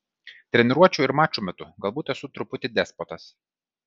treniruočių ir mačų metu galbūt esu truputį despotas